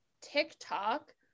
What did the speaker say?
TikTok